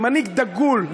מנהיג דגול,